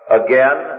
again